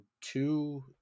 two